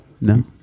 No